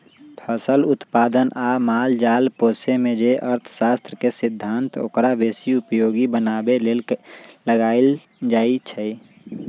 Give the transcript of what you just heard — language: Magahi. फसल उत्पादन आ माल जाल पोशेमे जे अर्थशास्त्र के सिद्धांत ओकरा बेशी उपयोगी बनाबे लेल लगाएल जाइ छइ